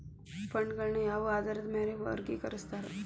ಫಂಡ್ಗಳನ್ನ ಯಾವ ಆಧಾರದ ಮ್ಯಾಲೆ ವರ್ಗಿಕರಸ್ತಾರ